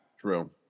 True